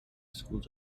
schools